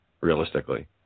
realistically